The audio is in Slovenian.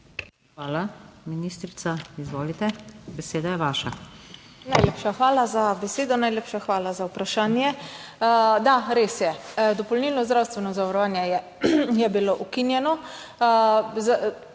RUPEL (ministrica za zdravje): Najlepša hvala za besedo. Najlepša hvala za vprašanje. Da, res je, dopolnilno zdravstveno zavarovanje je bilo ukinjeno.